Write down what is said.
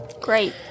great